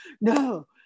No